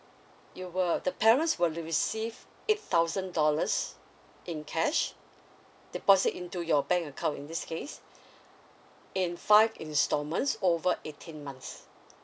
you will the parents will receive eight thousand dollars in cash deposit into your bank account in this case in five installments over eighteen months